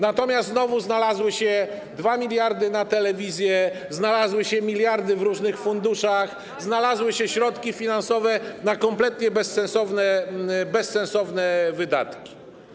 Natomiast znowu znalazły się 2 mld na telewizję, znalazły się miliardy w różnych funduszach, znalazły się środki finansowe na kompletnie bezsensowne wydatki.